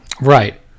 right